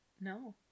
No